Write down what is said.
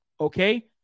okay